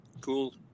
Cool